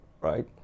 right